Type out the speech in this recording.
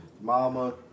mama